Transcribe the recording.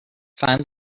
find